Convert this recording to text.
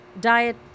Diet